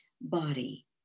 body